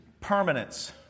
Permanence